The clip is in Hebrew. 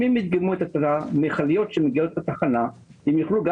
אם הם ידגמו את המכליות שמגיעות לתחנה הם יוכלו גם